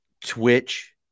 Twitch